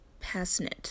passnet